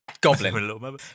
goblin